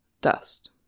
dust